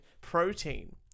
protein